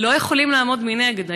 לא יכולים לעמוד מנגד.